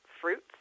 fruits